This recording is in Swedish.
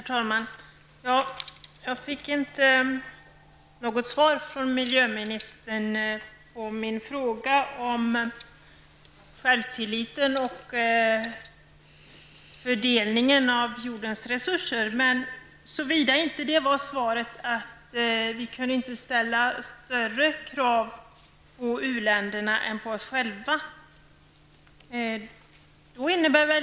Herr talman! Miljöministern svarade inte på min fråga om hur det förhåller sig när det gäller självtilliten och fördelningen av jordens resurser -- såvida inte det uttalande som har gjorts utgör ett svar, nämligen att vi inte kan ställa större krav på uländerna än vi ställer på oss själva.